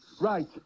Right